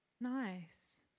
Nice